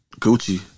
Gucci